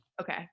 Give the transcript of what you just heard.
Okay